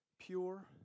pure